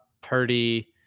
Purdy